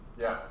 Yes